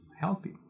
healthy